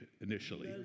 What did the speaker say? initially